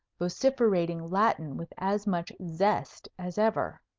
vociferating latin with as much zest as ever.